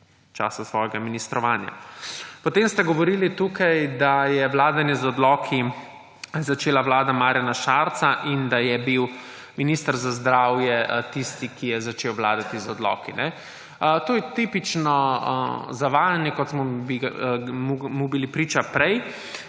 v času svojega ministrovanja. Potem ste govorili tukaj, da je vladanje z odloki začela vlada Marjana Šarca in da je bil minister za zdravje tisti, ki je začel vladati z odloki. To je tipično zavajanje, kot smo mu bili priča prej.